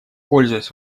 пользуясь